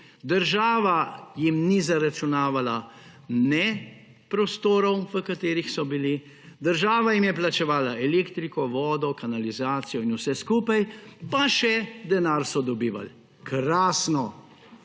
Država jim ni zaračunavala ne prostorov, v katerih so bili, država jim je plačevala elektriko, vodo, kanalizacijo in vse skupaj, pa še denar so dobivali. Krasno!